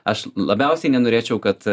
aš labiausiai nenorėčiau kad